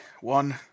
one